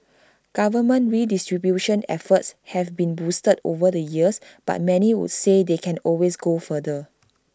government redistribution efforts have been boosted over the years but many would say they can always go further